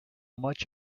much